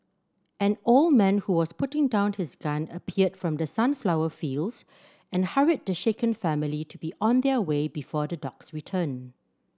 an old man who was putting down his gun appeared from the sunflower fields and hurried the shaken family to be on their way before the dogs return